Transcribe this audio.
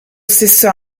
stesso